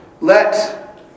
Let